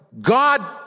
God